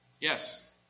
Yes